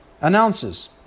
announces